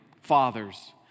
fathers